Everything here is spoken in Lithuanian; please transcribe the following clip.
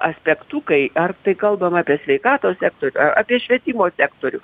aspektų kai ar tai kalbam apie sveikatos sektorių apie švietimo sektorių